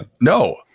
no